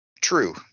True